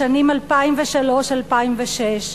בשנים 2003 2006,